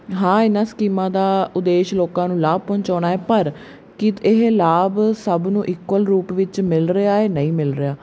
ਹਾਂ ਇਹਨਾਂ ਸਕੀਮਾਂ ਦਾ ਉਦੇਸ਼ ਲੋਕਾਂ ਨੂੰ ਲਾਭ ਪਹੁੰਚਾਉਣਾ ਹੈ ਪਰ ਕੀ ਇਹ ਲਾਭ ਸਭ ਨੂੰ ਇਕੁਅਲ ਰੂਪ ਵਿੱਚ ਮਿਲ ਰਿਹਾ ਹੈ ਨਹੀਂ ਮਿਲ ਰਿਹਾ